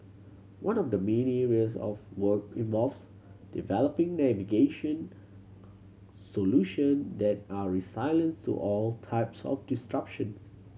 one of the main areas of work involves developing navigation solution that are resilient to all types of disruptions